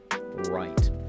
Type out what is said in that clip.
Right